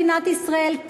מדינת ישראל,